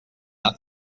hat